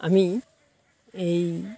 আমি এই